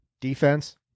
defense